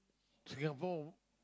Singapore